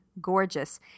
gorgeous